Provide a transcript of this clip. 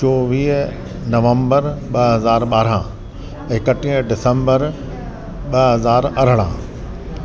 चोवीह नवंबर ॿ हज़ार ॿारहं एकटीह डिसंबर ॿ हज़ार अरिड़हं